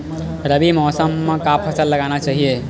रबी मौसम म का फसल लगाना चहिए?